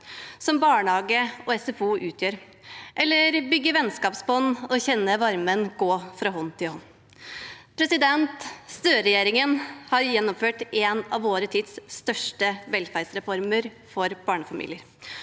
som barnehage og SFO utgjør, eller bygge vennskapsbånd og kjenne varmen gå fra hånd til hånd. Støre-regjeringen har gjennomført en av vår tids største velferdsreformer for barnefamilier.